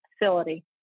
facility